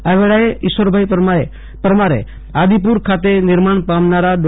આ વેળાએ શ્રી ઇશ્વરભાઈ પરમારે આદિપુર ખાતે નિર્માણ પામનારા ડો